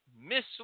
Miss